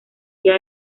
día